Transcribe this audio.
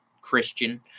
Christian